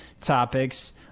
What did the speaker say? topics